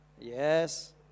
Yes